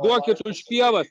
duokit už pievas